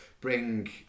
bring